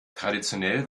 traditionell